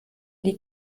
die